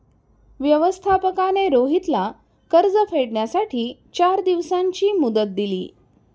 व्यवस्थापकाने रोहितला कर्ज फेडण्यासाठी चार दिवसांची मुदत दिली